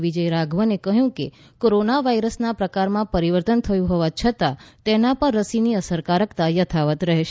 વિજય રાધવને કહ્યું કે કોરોના વાયરસના પ્રકારમાં પરિવર્તન થયું હોવા છતાં તેના પર રસીની અસરકારકતા યથાવત રહેશે